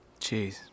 Jeez